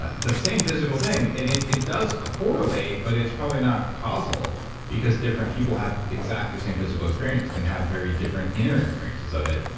but the same physical thing and it it does correlate, but it's probably not causal because different people have exactly the same physical experience and have very different inner experiences of it.